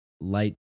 light